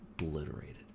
obliterated